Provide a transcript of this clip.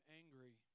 angry